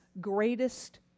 greatest